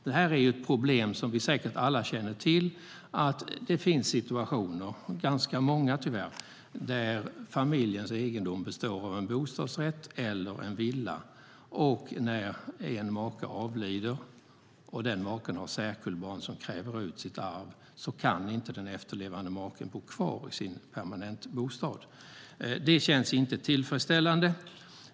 Det är ett problem som vi säkert alla känner till att det finns situationer, tyvärr ganska många, där familjens egendom består av en bostadsrätt eller en villa och när en av makarna avlider och den maken har särkullbarn som kräver ut sitt arv kan inte den efterlevande maken bo kvar i sin permanentbostad. Det känns inte tillfredsställande.